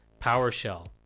PowerShell